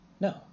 No